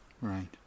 right